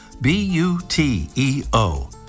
B-U-T-E-O